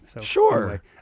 Sure